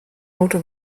note